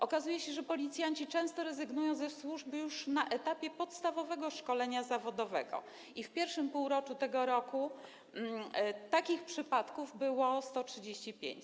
Okazuje się też, że policjanci często rezygnują ze służby już na etapie podstawowego szkolenia zawodowego, i w pierwszym półroczu tego roku takich przypadków było 135.